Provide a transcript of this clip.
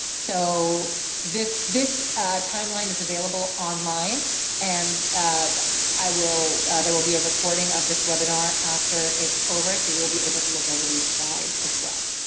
so this this timeline is available online and i will there will be a recording of this webinar after it's over so you will be able to look over these slides as well